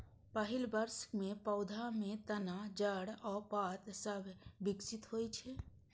पहिल वर्ष मे पौधा मे तना, जड़ आ पात सभ विकसित होइ छै